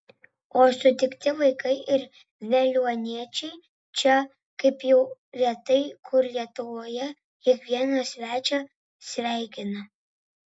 o sutikti vaikai ir veliuoniečiai čia kaip jau retai kur lietuvoje kiekvieną svečią sveikina